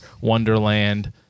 wonderland